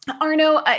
Arno